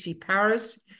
Paris